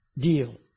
deal